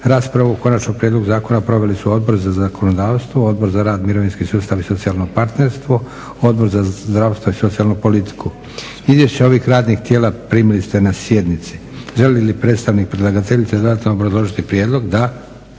Raspravu o Konačnom prijedlogu zakona proveli su Odbor za zakonodavstvo, Odbor za rad, mirovinski sustav i socijalno partnerstvo, Odbor za zdravstvo i socijalnu politiku. Izvješće ovih radnih tijela primili ste na sjednici. Želi li predstavnik predlagateljice dodatno obrazložiti prijedlog? Da.